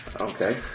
Okay